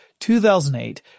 2008